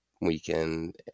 weekend